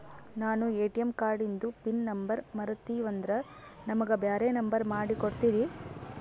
ನಾನು ಎ.ಟಿ.ಎಂ ಕಾರ್ಡಿಂದು PIN number ಮರತೀವಂದ್ರ ನಮಗ ಬ್ಯಾರೆ ನಂಬರ್ ಮಾಡಿ ಕೊಡ್ತೀರಿ?